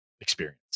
experience